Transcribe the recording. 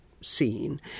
scene